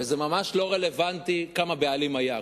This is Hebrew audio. וזה ממש לא רלוונטי כמה בעלים היו.